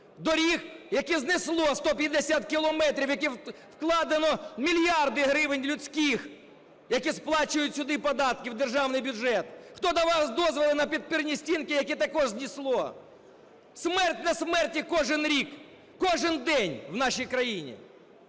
доріг, які знесло, 150 кілометрів, в які вкладено мільярди гривень людських, які сплачують сюди податки в державний бюджет? Хто давав дозволи на підпірні стінки, які також знесло? Смерть на смерті кожний рік, кожний день у нашій країні.